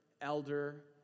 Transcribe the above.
elder